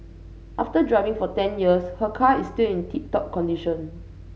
after driving for ten years her car is still in tip top condition